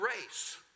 race